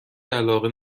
علاقه